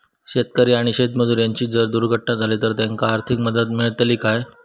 शेतकरी आणि शेतमजूर यांची जर दुर्घटना झाली तर त्यांका आर्थिक मदत मिळतली काय?